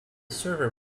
server